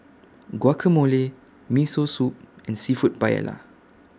Guacamole Miso Soup and Seafood Paella